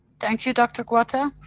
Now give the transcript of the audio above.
thank you dr gatua.